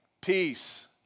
Peace